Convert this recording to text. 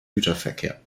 güterverkehr